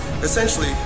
Essentially